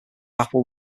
apple